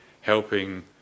helping